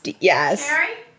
yes